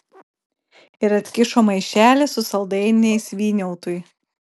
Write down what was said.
ir atkišo maišelį su saldainiais vyniautui